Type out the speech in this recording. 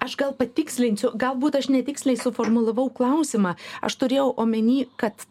aš gal patikslinsiu galbūt aš netiksliai suformulavau klausimą aš turėjau omeny kad